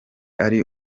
ari